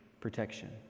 protection